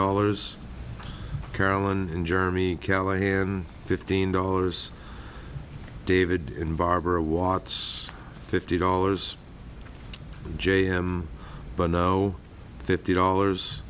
dollars carolyn and jeremy callahan fifteen dollars david in barbara watts fifty dollars j m but no fifty dollars